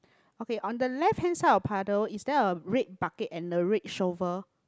okay on the left hand side of the puddle is there a red bucket and a red shovel